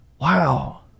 Wow